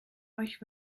euch